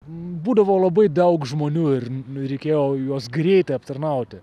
būdavo labai daug žmonių ir reikėjo juos greitai aptarnauti